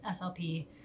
SLP